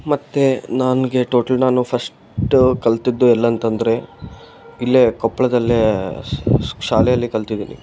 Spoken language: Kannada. ಮತ್ತು ನನಗೆ ಟೋಟಲ್ ನಾನು ಫಸ್ಟ್ ಕಲ್ತಿದ್ದು ಎಲ್ಲಿ ಅಂತಂದರೆ ಇಲ್ಲೇ ಕೊಪ್ಪಳದಲ್ಲೇ ಶಾಲೇಲಿ ಕಲ್ತಿದ್ದೀನಿ